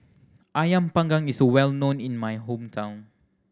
Ayam Panggang is well known in my hometown